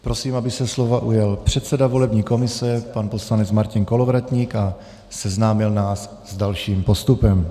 Prosím, aby se slova ujal předseda volební komise pan poslanec Martin Kolovratník a seznámil nás s dalším postupem.